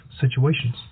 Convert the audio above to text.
situations